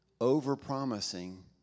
over-promising